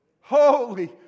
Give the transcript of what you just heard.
Holy